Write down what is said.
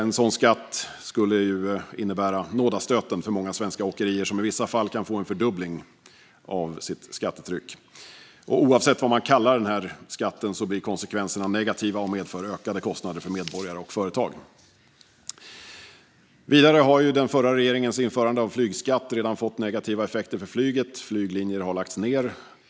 En sådan skatt skulle innebära nådastöten för många svenska åkerier som i vissa fall kan få en fördubbling av sitt skattetryck. Oavsett vad man kallar denna skatt blir konsekvenserna negativa och medför ökade kostnader för medborgare och företag. Vidare har den förra regeringens införande av flygskatt redan fått negativa effekter för flyget. Flyglinjer har lagts ned.